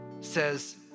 says